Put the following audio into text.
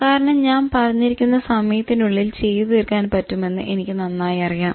കാരണം ഞാൻ പറഞ്ഞിരിക്കുന്ന സമയത്തിനുള്ളിൽ ചെയ്ത് തീർക്കാൻ പറ്റുമെന്ന് എനിക്ക് നന്നായി അറിയാം